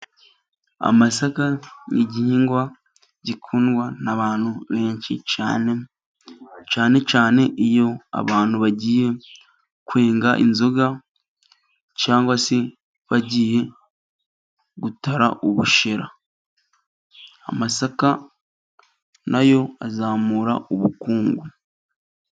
Amasaka n'igihingwa gikundwa n'abantu benshi cyane, cyane cyane iyo abantu bagiye kwenga inzoga cyangwa se bagiye gutara ubushera, amasaka nayo azamura ubukungu.